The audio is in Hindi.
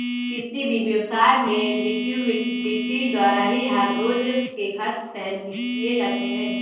किसी भी व्यवसाय में लिक्विडिटी द्वारा ही हर रोज के खर्च सहन किए जाते हैं